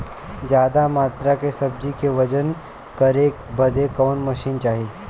ज्यादा मात्रा के सब्जी के वजन करे बदे कवन मशीन चाही?